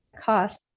cost